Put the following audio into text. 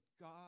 God